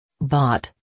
Bought